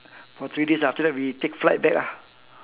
for three days after that we take flight back ah